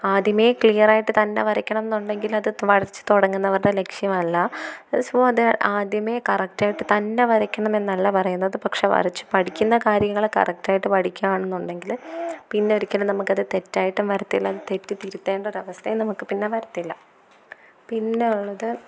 ആദ്യമേ ക്ലിയറായിട്ട് തന്നെ വരയ്ക്കണം എന്നുണ്ടെങ്കിൽ അത് വരച്ച് തുടങ്ങുന്നവരുടെ ലക്ഷ്യമല്ല അതേസമയം അത് ആദ്യമേ കറക്റ്റ് ആയിട്ട് തന്നെ വരയ്ക്കണം എന്നല്ല പറയുന്നത് പക്ഷെ വരച്ചു പഠിക്കുന്ന കാര്യങ്ങൾ കറക്റ്റ് ആയിട്ട് പഠിക്കുവാണെന്നുണ്ടെങ്കിൽ പിന്നെ ഒരിക്കലും നമുക്ക് അത് തെറ്റായിട്ടും വരത്തില്ല തെറ്റ് തിരുത്തേണ്ട ഒരു അവസ്ഥയും നമുക്ക് പിന്നെ വരത്തില്ല പിന്നെ ഉള്ളത്